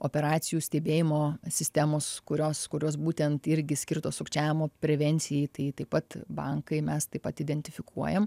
operacijų stebėjimo sistemos kurios kurios būtent irgi skirtos sukčiavimo prevencijai tai taip pat bankai mes taip pat identifikuojam